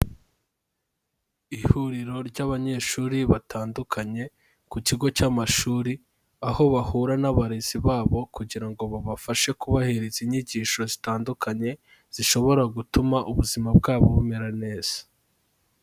Ihuriro ry'abanyeshuri batandukanye ku kigo cy'amashuri, aho bahura n'abarezi babo kugira ngo babafashe kubahereza inyigisho zitandukanye, zishobora gutuma ubuzima bwabo bumera neza.